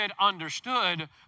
understood